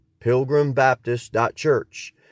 pilgrimbaptist.church